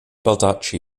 baldacci